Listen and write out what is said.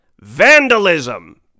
Vandalism